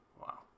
Wow